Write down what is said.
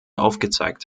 aufgezeigt